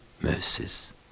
mercies